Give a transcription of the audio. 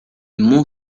mont